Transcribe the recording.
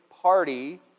party